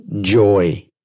joy